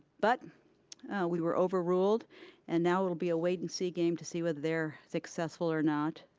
but we were overruled and now it'll be a wait and see game to see whether they're successful or not.